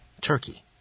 Turkey